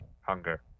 hunger